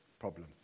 problem